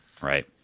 right